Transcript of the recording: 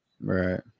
Right